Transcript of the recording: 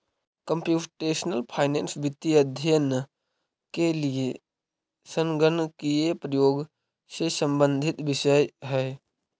computational finance वित्तीय अध्ययन के लिए संगणकीय प्रयोग से संबंधित विषय है